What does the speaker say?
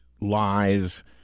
lies